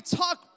talk